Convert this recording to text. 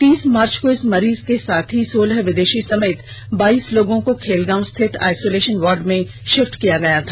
तीस मार्च को इस मरीज के साथ ही सोलह विदेषी समेत बाईस लोगों को खेलगांव स्थित आइसोलेषन वार्ड में षिफ्ट किया गया था